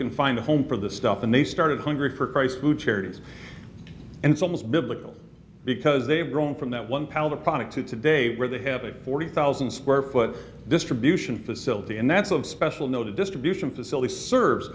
can find a home for this stuff and they started hungry for christ to charities and so most biblical because they've grown from that one pal the product to today where they have a forty thousand square foot distribution facility and that's of special note a distribution facility serves